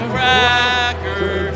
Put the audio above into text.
Cracker